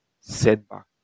setback